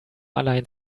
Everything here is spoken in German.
allein